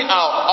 out